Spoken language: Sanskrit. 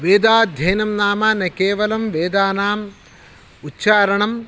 वेदाध्ययनं नाम न केवलं वेदानाम् उच्चारणं